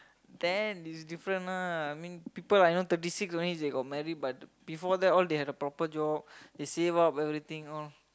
then it's different ah I mean people I know thirty six only they got married but before that they had a proper job they save up everything all